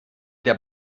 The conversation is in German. der